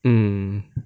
mm